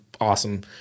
awesome